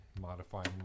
modifying